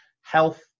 health